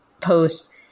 post